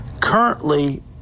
Currently